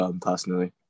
personally